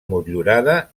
motllurada